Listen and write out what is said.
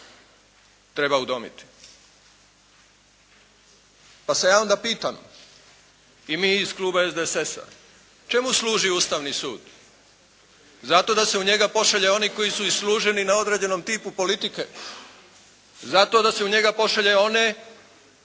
treba udomiti. Pa se ja onda pitam i mi iz Kluba SDSS-a čemu služi Ustavni sud? Zato da se u njega pošalje one koji su isluženi na određenom tipu politike? Zato da se u njega pošalje one